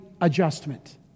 adjustment